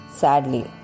sadly